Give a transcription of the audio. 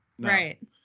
Right